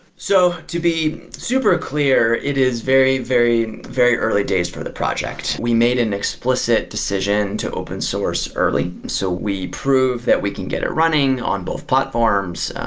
so, to be super clear, it is very, very, very early days for the project. we made an explicit decision to open source early. so, we prove that we can get it running on both platforms.